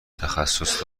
تخصص